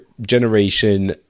generation